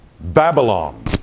Babylon